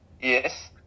yes